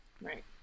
Right